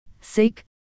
sick